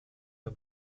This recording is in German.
der